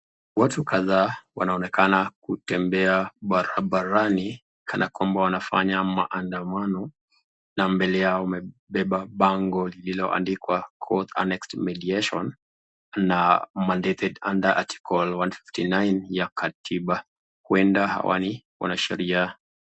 Watu kadhaa wanaonekana kutembea barabarani kana kwamba wanafanya maandamano na mbele yao wamepepa pango lilioandikwa court annexed madiation na mandated under article 159 ya kati a huenda ni hawa ni wanasheria.